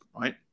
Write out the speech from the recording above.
right